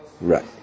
right